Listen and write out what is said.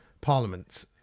Parliament